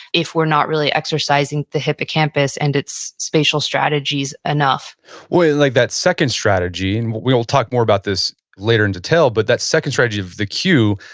if we're not really exercising the hippocampus and its spatial strategies enough well, in yeah like that second strategy, and we'll talk more about this later in detail, but that second strategy of the queue,